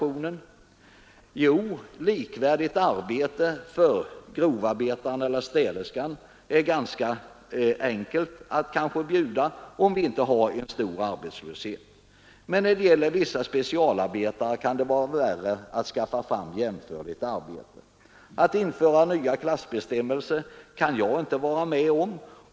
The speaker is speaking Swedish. Jo, ett likvärdigt arbete för grovarbetaren eller städerskan är det kanske ganska enkelt att erbjuda, om vi inte har en stor arbetslöshet. Men när det gäller vissa specialarbetare kan det vara värre att skaffa fram jämförligt arbete. Att införa en ny klassbestämmelse kan jag inte vara med om.